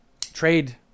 trade